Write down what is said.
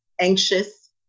anxious